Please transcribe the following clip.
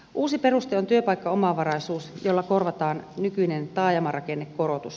uusi peruste on työpaikkaomavaraisuus jolla korvataan nykyinen taajamarakennekorotus